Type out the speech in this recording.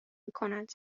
میکنند